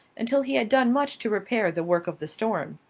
until he had done much to repair the work of the storm.